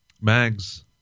Mags